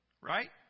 Right